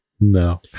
No